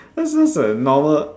that's just a normal